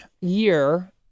year